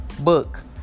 book